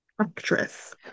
actress